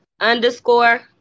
underscore